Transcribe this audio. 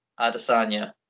Adesanya